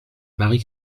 marie